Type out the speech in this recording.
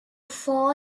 fall